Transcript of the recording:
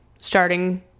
starting